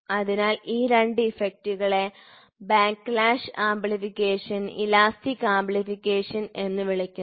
അതിനാൽ ഈ രണ്ട് ഇഫക്റ്റുകളെ ബാക്ക്ലാഷ് ആംപ്ലിഫിക്കേഷൻ ഇലാസ്റ്റിക് ആംപ്ലിഫിക്കേഷൻ എന്ന് വിളിക്കുന്നു